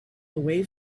away